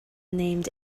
named